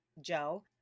joe